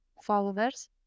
followers